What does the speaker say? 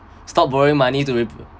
stop borrowing money to